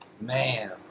man